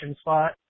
spot